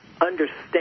understand